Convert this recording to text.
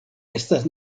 estas